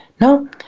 No